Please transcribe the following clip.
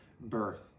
birth